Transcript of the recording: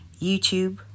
YouTube